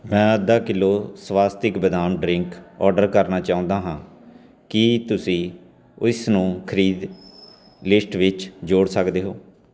ਮੈਂ ਅੱਧਾ ਕਿਲੋ ਸਵਾਸਤਿਕ ਬਦਾਮ ਡਰਿੰਕ ਔਡਰ ਕਰਨਾ ਚਾਹੁੰਦਾ ਹਾਂ ਕੀ ਤੁਸੀਂ ਇਸਨੂੰ ਖਰੀਦੀ ਲਿਸਟ ਵਿੱਚ ਜੋੜ ਸਕਦੇ ਹੋ